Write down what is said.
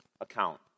account